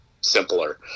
simpler